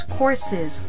courses